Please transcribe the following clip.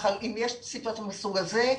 מקרים מהסוג הזה,